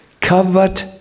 covered